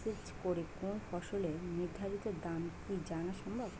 Message করে কোন ফসলের নির্ধারিত দাম কি জানা সম্ভব?